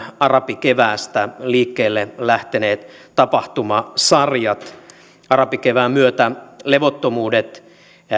arabikeväästä liikkeelle lähteneet tapahtumasarjat arabikevään myötä levottomuudet